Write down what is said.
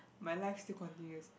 my life still continues